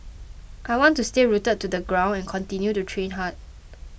I want to stay rooted to the ground and continue to train hard